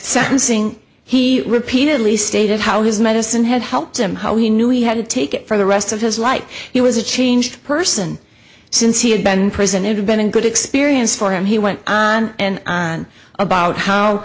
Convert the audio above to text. sentencing he repeatedly stated how his medicine had helped him how he knew he had to take it for the rest of his life he was a changed person since he had been in prison it has been a good experience for him he went on and on about how